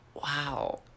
Wow